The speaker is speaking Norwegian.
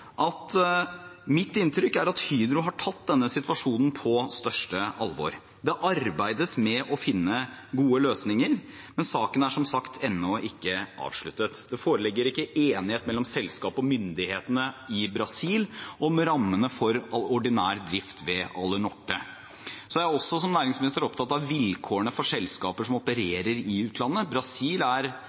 at mitt inntrykk er at Hydro har tatt denne situasjonen på største alvor. Det arbeides med å finne gode løsninger, men saken er, som sagt, ennå ikke avsluttet. Det foreligger ikke enighet mellom selskapet og myndighetene i Brasil om rammene for ordinær drift ved Alunorte. Som næringsminister er jeg også opptatt av vilkårene for selskaper som opererer i utlandet. Brasil er